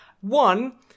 one